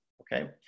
Okay